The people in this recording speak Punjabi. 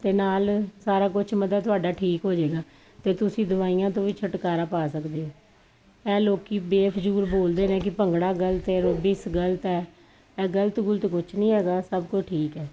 ਤੇ ਨਾਲ ਸਾਰਾ ਕੁਝ ਮਤਲ ਤੁਹਾਡਾ ਠੀਕ ਹੋ ਜਾਏਗਾ ਤੇ ਤੁਸੀਂ ਦਵਾਈਆਂ ਤੋਂ ਵੀ ਛੁਟਕਾਰਾ ਪਾ ਸਕਦੇ ਇਹ ਲੋਕੀ ਬੇਫਜੂਲ ਬੋਲਦੇ ਨੇ ਕਿ ਭੰਗੜਾ ਗਲਤ ਏ ਐਰੋਬਿਕਸ ਗਲਤ ਹ ਇਹ ਗਲਤ ਗੁਲਤ ਕੁਝ ਨਹੀਂ ਹੈਗਾ ਸਭ ਕੁਝ ਠੀਕ ਹੈ ਹੈ